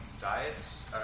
Diets